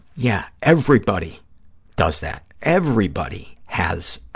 yeah, everybody does that. everybody has,